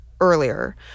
earlier